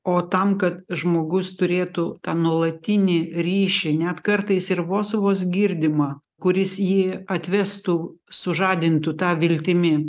o tam kad žmogus turėtų tą nuolatinį ryšį net kartais ir vos vos girdimą kuris jį atvestų sužadintų ta viltimi